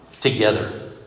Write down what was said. together